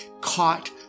caught